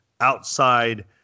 outside